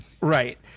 right